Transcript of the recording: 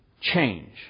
change